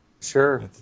Sure